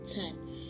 time